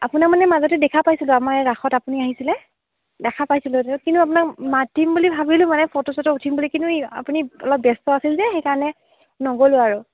আপোনাক মানে মাজতে দেখা পাইছিলোঁ আমাৰ এই ৰাসত আপুনি আহিছিলে দেখা পাইছিলোঁ ধ কিন্তু আপোনাক মাতিম বুলি ভাবিলোঁ মানে ফটো চটো উঠিম বুলি কিন্তু ই আপুনি অলপ ব্যস্ত আছিল যে সেইকাৰণে নগ'লোঁ আৰু